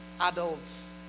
adults